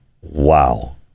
wow